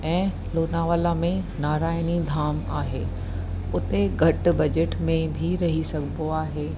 ऐं लोनावला में नारायणी धाम आहे उते घटि बजट में बि रही सघबो आहे